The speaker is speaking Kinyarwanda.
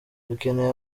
dukeneye